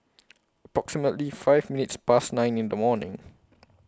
approximately five minutes Past nine in The morning